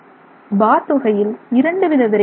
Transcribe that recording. பாத் வகையில் இரண்டு வித வெரைட்டிகள் உள்ளன